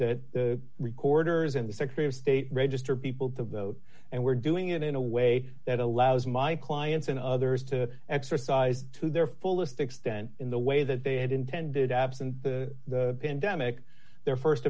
that the recorders and the secretary of state register people to vote and we're doing it in a way that allows my clients and others to exercise to their fullest extent in the way that they had intended absent the pandemic their